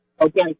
Okay